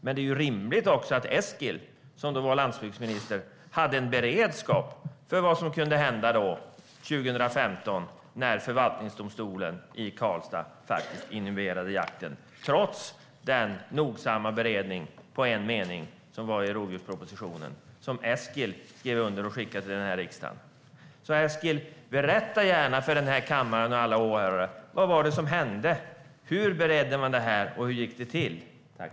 Det är rimligt att Eskil, som då var landsbygdsminister, hade en beredskap för vad som kunde hända 2015 när förvaltningsdomstolen i Karlstad faktiskt inhiberade jakten, trots den nogsamma beredningen på en mening i rovdjurspropositionen som Eskil skrev under och skickade till riksdagen. Berätta gärna för den här kammaren och alla åhörare: Vad var det som hände? Hur gick det till när man beredde det här?